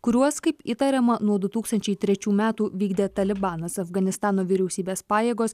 kuriuos kaip įtariama nuo du tūkstančiai trečių metų vykdė talibanas afganistano vyriausybės pajėgos